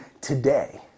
today